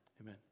Amen